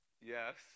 Yes